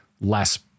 less